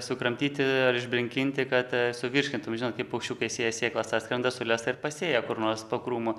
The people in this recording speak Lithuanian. sukramtyti ar išbrinkinti kad suvirškintum žinot kaip paukščiukai sėja sėklas atskrenda sulesa ar pasėja kur nors po krūmu